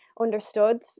understood